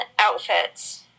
outfits